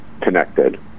connected